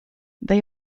they